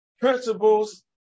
principles